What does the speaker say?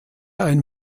ein